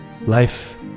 Life